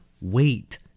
Wait